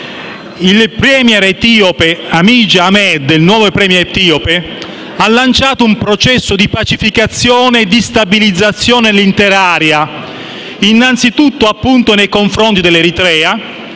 *premier* etiope, Abiy Ahmed, ha lanciato un processo di pacificazione e stabilizzazione dell'intera area, anzitutto nei confronti dell'Eritrea,